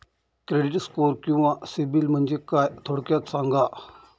Credit score किंवा सिबिल म्हणजे काय? थोडक्यात सांगा